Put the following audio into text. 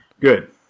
Good